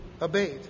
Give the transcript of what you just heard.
abate